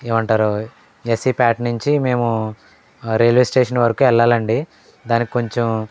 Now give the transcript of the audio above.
ఏమంటారు ఎస్సీ పేట నుంచి మేము రైల్వే స్టేషన్ వరకు వెళ్ళాలండి దానికి కొంచెం